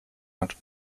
hat